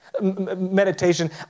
Meditation